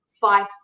fight